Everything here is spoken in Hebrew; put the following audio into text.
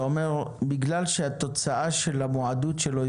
אתה אומר שבגלל שהתוצאה של המועדות שלו היא